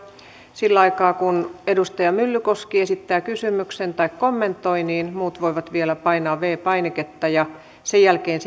sillä aikaa kun edustaja myllykoski esittää kysymyksen tai kommentoi muut voivat vielä painaa viides painiketta ja sen jälkeen